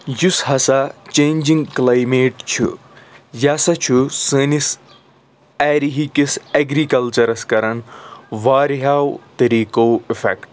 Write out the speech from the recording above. یُس ہَسا changing climate چھُ یہِ ہَسا چھُ سٲنِس ایرہِکِس أکِس ایٚگریکَلچَرَس کَران واریاہو طریٖقو اِفیٚکٹہٕ